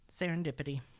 serendipity